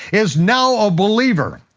is now a believer.